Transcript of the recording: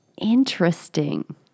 interesting